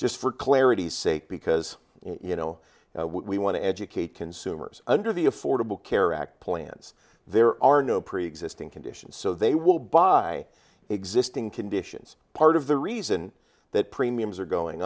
just for clarity's sake because you know we want to educate consumers under the affordable care act plans there are no preexisting conditions so they will buy existing conditions part of the reason that premiums are going